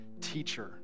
teacher